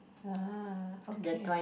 uh okay